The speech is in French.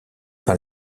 par